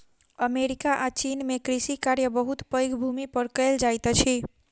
America आ चीन में कृषि कार्य बहुत पैघ भूमि पर कएल जाइत अछि